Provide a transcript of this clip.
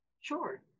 Sure